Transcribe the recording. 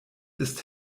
ist